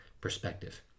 perspective